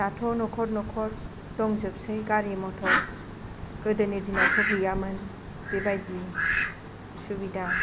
दाथ' नख'र नख'र दंजोबसै गारि मथर गोदोनि दिनावथ' गैयामोन बेबायदि सुबिदा